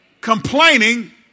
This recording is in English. complaining